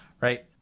right